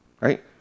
Right